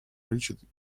reached